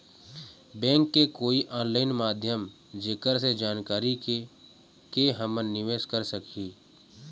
Bank के कोई online माध्यम जेकर से जानकारी के के हमन निवेस कर सकही?